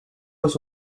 was